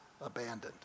abandoned